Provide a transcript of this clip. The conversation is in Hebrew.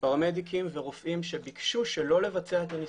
פרמדיקים ורופאים שביקשו שלא לבצע את הניסויים,